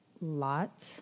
lot